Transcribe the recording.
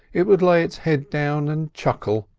it would lay its head down and chuckle,